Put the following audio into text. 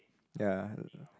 ya